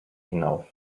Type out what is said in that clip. hinauf